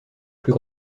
plus